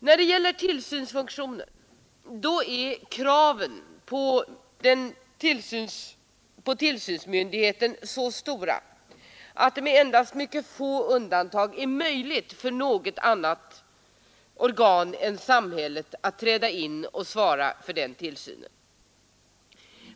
När det gäller tillsynsfunktionen är kraven på tillsynsmyndigheten så stora att det, med endast mycket få undantag, är omöjligt för andra organ än offentliga att träda in och svara för denna funktion.